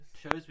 Shows